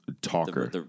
talker